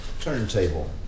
turntable